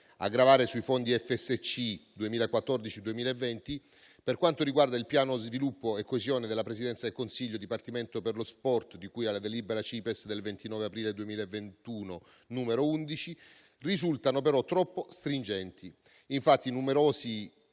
a gravare sui fondi FSC del settennato 2014-2020, per quanto riguarda il piano sviluppo e coesione della Presidenza del Consiglio, Dipartimento per lo sport, di cui alla delibera CIPESS del 29 aprile 2021, n. 11, risultano però troppo stringenti. Infatti numerosi